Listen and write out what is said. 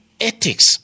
ethics